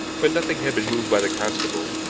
but nothing had been moved by the constable,